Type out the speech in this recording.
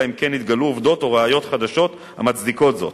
אלא אם כן נתגלו עובדות או ראיות חדשות המצדיקות זאת.